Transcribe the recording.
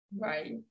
Right